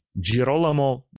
Girolamo